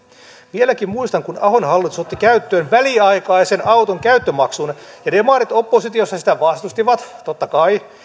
vieläkin muistan kun ahon hallitus otti käyttöön väliaikaisen auton käyttömaksun ja demarit oppositiossa sitä vastustivat totta kai